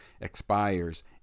expires